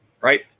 right